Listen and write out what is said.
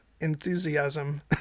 enthusiasm